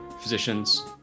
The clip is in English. physicians